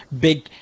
big